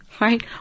right